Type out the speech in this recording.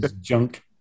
Junk